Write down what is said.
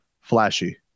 flashy